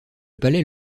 palais